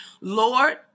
Lord